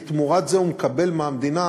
כי תמורת זה הוא מקבל מהמדינה